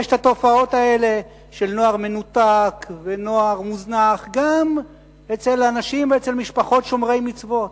יש התופעות האלה של נוער מנותק ונוער מוזנח גם אצל משפחות שומרי מצוות.